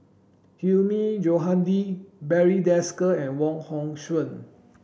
Hilmi Johandi Barry Desker and Wong Hong Suen